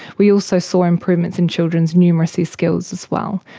we also saw improvements in children's numeracy skills as well,